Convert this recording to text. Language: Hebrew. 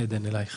עדן, אלייך.